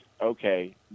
okay